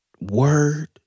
word